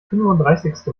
fünfunddreißigste